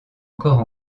encore